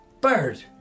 Bird